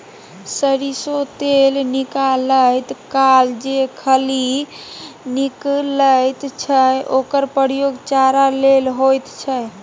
सरिसों तेल निकालैत काल जे खली निकलैत छै ओकर प्रयोग चारा लेल होइत छै